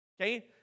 okay